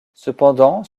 cependant